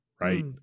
right